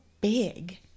big